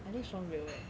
I think shaun will eh